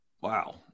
Wow